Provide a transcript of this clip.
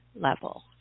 level